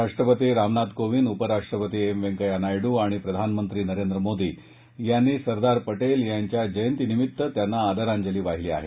राष्ट्रपती रामनाथ कोविंद उपराष्ट्रपती एम व्यंकय्या नायङ् आणि प्रधानमंत्री नरेंद्र मोदी यांनी सरदार पटेल यांच्या जयंती निमित्त त्यांना आदरांजली वाहिली आहे